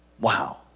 Wow